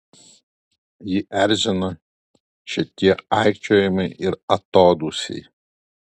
jį erzino šitie aikčiojimai ir atodūsiai